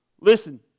Listen